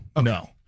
no